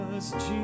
Jesus